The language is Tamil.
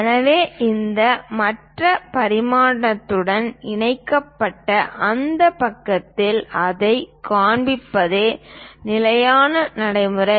எனவே இந்த மற்ற பரிமாணத்துடன் இணைக்கப்பட்ட அந்த பக்கத்தில் அதைக் காண்பிப்பதே நிலையான நடைமுறை